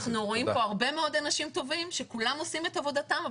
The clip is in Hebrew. אנחנו רואים פה הרבה מאוד אנשים טובים שכולם עושים את עבודתם,